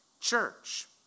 church